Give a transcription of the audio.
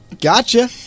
Gotcha